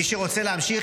מי שרוצה להמשיך,